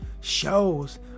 shows